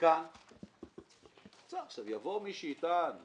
וכאן יבוא מי שיטען ויגיד: